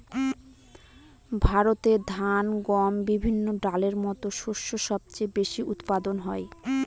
ভারতে ধান, গম, বিভিন্ন ডালের মত শস্য সবচেয়ে বেশি উৎপাদন হয়